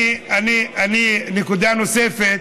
נקודה נוספת.